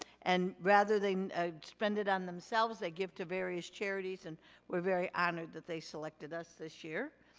and rather than spend it on themselves, they give to various charities. and we're very honored that they selected us this year.